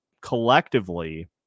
collectively